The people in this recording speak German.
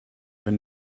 wenn